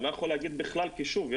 אני לא יכול להגיד בכלל כי שוב,